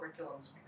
curriculums